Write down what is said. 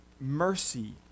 Mercy